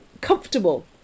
comfortable